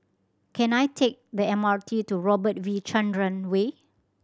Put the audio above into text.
can I take the M R T to Robert V Chandran Way